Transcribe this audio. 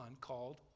called